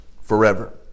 forever